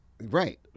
Right